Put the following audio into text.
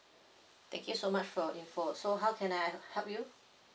thank you so much for your info so how can I help you